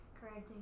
correcting